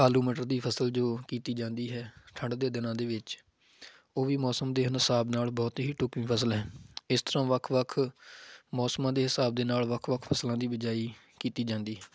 ਆਲੂ ਮਟਰ ਦੀ ਫਸਲ ਜੋ ਕੀਤੀ ਜਾਂਦੀ ਹੈ ਠੰਡ ਦੇ ਦਿਨਾਂ ਦੇ ਵਿੱਚ ਉਹ ਵੀ ਮੌਸਮ ਦੇ ਹਿਸਾਬ ਨਾਲ ਬਹੁਤ ਹੀ ਢੁੱਕਵੀਂ ਫਸਲ ਹੈ ਇਸ ਤਰ੍ਹਾਂ ਵੱਖ ਵੱਖ ਮੌਸਮਾਂ ਦੇ ਹਿਸਾਬ ਦੇ ਨਾਲ ਵੱਖ ਵੱਖ ਫਸਲਾਂ ਦੀ ਬਿਜਾਈ ਕੀਤੀ ਜਾਂਦੀ